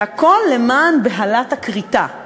והכול למען בהלת הכריתה?